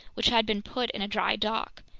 which had been put in dry dock.